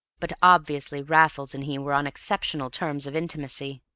but obviously raffles and he were on exceptional terms of intimacy,